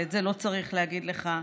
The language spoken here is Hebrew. ואת זה לא צריך להגיד לך,